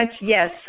Yes